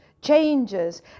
changes